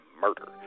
murder